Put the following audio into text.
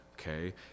Okay